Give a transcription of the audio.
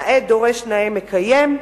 נאה דורש, נאה מקיים.